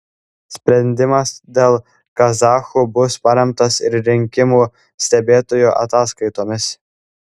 sprendimas dėl kazachų bus paremtas ir rinkimų stebėtojų ataskaitomis